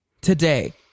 Today